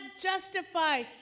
justify